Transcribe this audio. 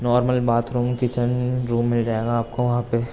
normal bathroom kitchen room مل جائے گا آپ کو وہاں پہ